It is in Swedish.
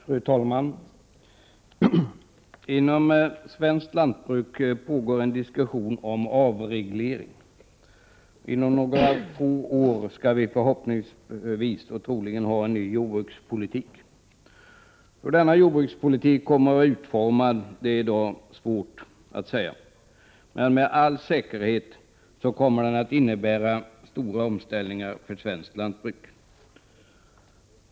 Fru talman! Inom svenskt lantbruk pågår en diskussion om avreglering. Inom några få år skall vi förhoppningsvis föra en ny jordbrukspolitik. Hur denna jordbrukspolitik kommer att vara utformad är i dag svårt att säga, men med all säkerhet kommer den att innebära stora omställningar för svenskt lantbruk.